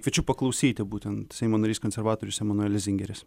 kviečiu paklausyti būtent seimo narys konservatorius emanuelis zingeris